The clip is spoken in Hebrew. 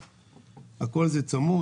הכול זה צמוד,